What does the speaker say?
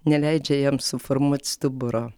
neleidžia jam suformuot stuburo